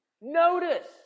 notice